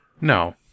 No